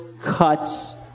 cuts